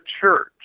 church